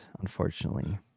unfortunately